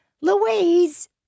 Louise